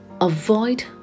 Avoid